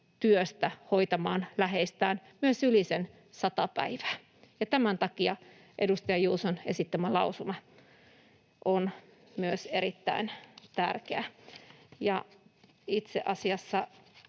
työstä hoitamaan läheistään, myös yli sen 100 päivää, ja myös tämän takia edustaja Juuson esittämä lausuma on erittäin tärkeä. Itse asiassa